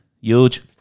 Huge